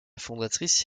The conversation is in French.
fondatrice